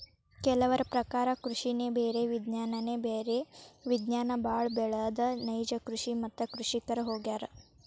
ಕೆಲವರ ಪ್ರಕಾರ ಕೃಷಿನೆ ಬೇರೆ ವಿಜ್ಞಾನನೆ ಬ್ಯಾರೆ ವಿಜ್ಞಾನ ಬಾಳ ಬೆಳದ ನೈಜ ಕೃಷಿ ಮತ್ತ ಕೃಷಿಕರ ಹೊಗ್ಯಾರ